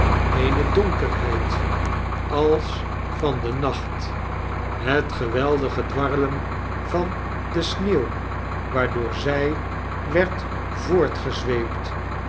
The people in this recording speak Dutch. eene donker heid als van den nacht het geweldige dwarrelen van de sneeuw waardoor zij werd voortgezweept